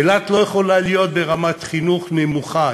אילת לא יכולה להיות ברמת חינוך נמוכה,